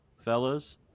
fellas